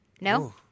no